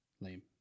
Lame